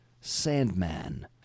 Sandman